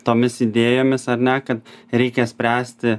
tomis idėjomis ar ne kad reikia spręsti